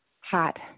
hot